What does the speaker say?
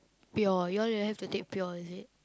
pure you all didn't have to take pure is it